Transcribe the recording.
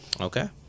Okay